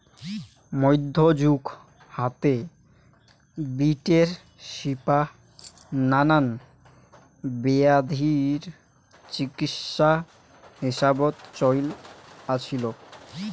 মইধ্যযুগ হাতে, বিটের শিপা নানান বেয়াধির চিকিৎসা হিসাবত চইল আছিল